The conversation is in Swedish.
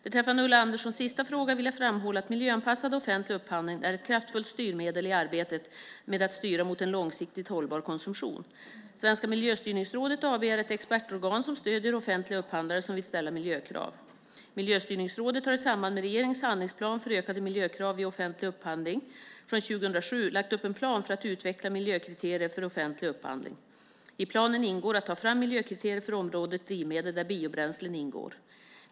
Beträffande Ulla Anderssons sista fråga vill jag framhålla att miljöanpassad offentlig upphandling är ett kraftfullt styrmedel i arbetet med att styra mot en långsiktigt hållbar konsumtion. Svenska Miljöstyrningsrådet AB är ett expertorgan som stöder offentliga upphandlare som vill ställa miljökrav. Miljöstyrningsrådet har i samband med regeringens handlingsplan för ökade miljökrav vid offentlig upphandling från 2007 lagt upp en plan för att utveckla miljökriterier för offentlig upphandling. I planen ingår att ta fram miljökriterier för området drivmedel, där biobränslen ingår.